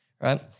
right